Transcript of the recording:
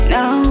Now